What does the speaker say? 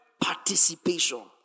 participation